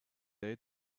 day